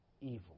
evil